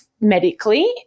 medically